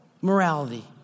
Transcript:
morality